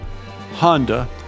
Honda